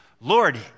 Lord